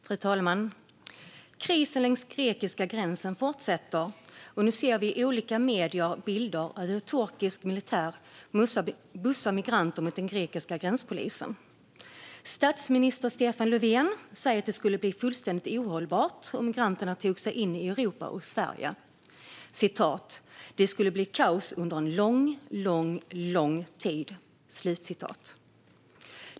Fru talman! Krisen längs den grekiska gränsen fortsätter. Nu ser vi i olika medier bilder av hur turkisk militär bussar migranter mot den grekiska gränspolisen. Statsminister Stefan Löfven säger att det skulle bli fullständigt ohållbart om migranterna tog sig in i Europa och Sverige. Jag citerar: "Det skulle bli kaos under lång, lång tid."